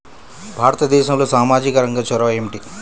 భారతదేశంలో సామాజిక రంగ చొరవ ఏమిటి?